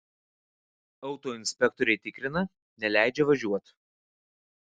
autoinspektoriai tikrina neleidžia važiuot